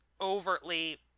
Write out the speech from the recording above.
overtly